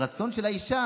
ברצון של האישה,